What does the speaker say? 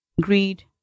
Greed